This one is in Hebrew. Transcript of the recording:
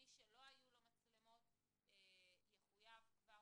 מי שלא היו לו מצלמות יחויב כבר